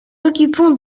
occupons